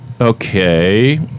Okay